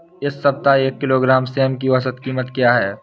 इस सप्ताह एक किलोग्राम सेम की औसत कीमत क्या है?